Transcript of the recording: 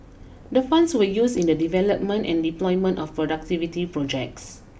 the funds were used in the development and deployment of productivity projects